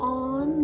on